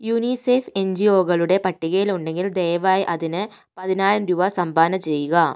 UNICEF N G ഒകളുടെ പട്ടികയിൽ ഉണ്ടെങ്കിൽ ദയവായി അതിന് പതിനായിരം രൂപ സംഭാവന ചെയ്യുക